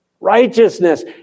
Righteousness